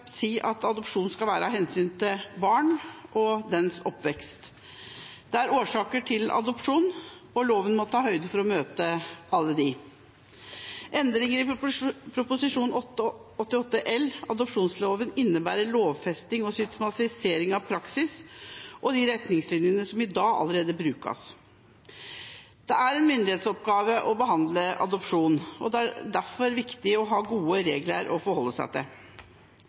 si at adopsjon skal være av hensyn til barn og deres oppvekst. Det er årsaker til adopsjon, og loven må ta høyde for å møte alle dem. Endringer i Prop. 88 L om adopsjonsloven innebærer lovfesting og systematisering av praksis og de retningslinjene som i dag allerede brukes. Det er en myndighetsoppgave å behandle adopsjon, og det er derfor viktig å ha gode regler å forholde seg til.